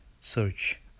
search